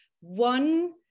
one